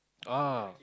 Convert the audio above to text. oh